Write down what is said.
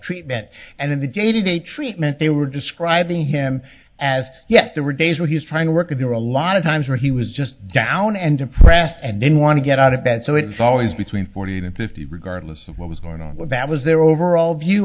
treatment and in the day to day treatment they were describing him as yet there were days when he was trying to work with there were a lot of times when he was just down and depressed and didn't want to get out of bed so it's always between forty and fifty regardless of what was going on but that was their overall view